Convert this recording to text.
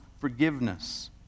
forgiveness